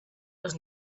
was